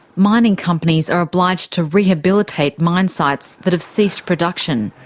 mining companies are obliged to rehabilitate mine sites that have ceased production.